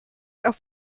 auf